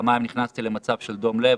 פעמיים נכנסתי למצב של דום לב,